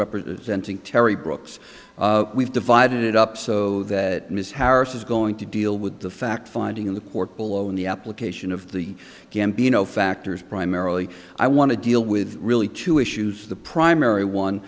representing terry brooks we've divided it up so that ms harris is going to deal with the fact finding in the court below in the application of the gambino factors primarily i want to deal with really two issues the primary one